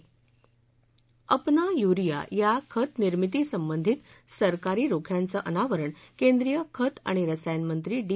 अपना urea या खतनिर्मितीसंबंधित सरकारी रोख्यांचं अनावरण केंद्रीय खत आणि रसायन मंत्री डी